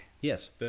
Yes